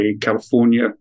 California